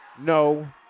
no